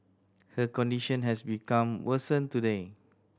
her condition has become worsen today